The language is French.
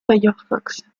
firefox